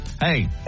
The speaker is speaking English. Hey